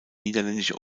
niederländische